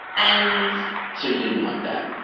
and so, you didn't want that?